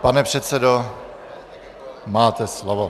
Pane předsedo, máte slovo.